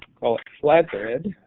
call it flat bread,